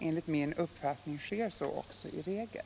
Enligt min uppfattning sker så också i regel.